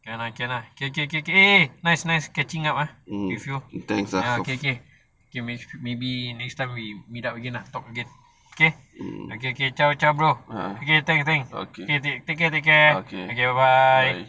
can lah can lah okay okay okay eh nice nice catching up ah with you ya okay okay maybe next time we meet up again lah talk again K okay okay ciao ciao bro okay okay thanks thanks take care take care okay bye bye